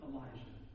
Elijah